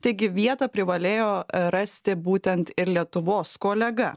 taigi vietą privalėjo rasti būtent ir lietuvos kolega